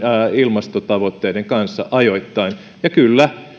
ilmastotavoitteiden kanssa ajoittain ja kyllä